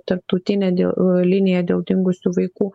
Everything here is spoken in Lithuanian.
tarptautinė dėl linija dėl dingusių vaikų